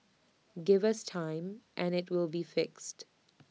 give us time and IT will be fixed